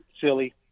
silly